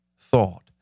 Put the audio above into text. thought